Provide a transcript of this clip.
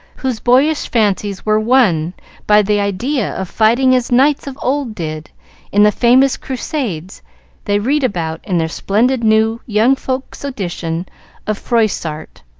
whose boyish fancies were won by the idea of fighting as knights of old did in the famous crusades they read about in their splendid new young folks' edition of froissart.